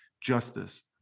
justice